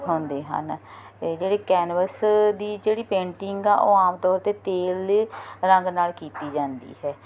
ਆਉਂਦੇ ਹਨ ਇਹ ਜਿਹੜੇ ਕੈਨਵਸ ਦੀ ਜਿਹੜੀ ਪੇਂਟਿੰਗ ਆ ਉਹ ਆਮ ਤੌਰ 'ਤੇ ਤੇਲ ਦੀ ਰੰਗ ਨਾਲ ਕੀਤੀ ਜਾਂਦੀ ਹੈ